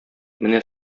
менә